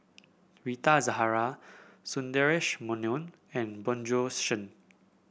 Rita Zahara Sundaresh Menon and Bjorn Shen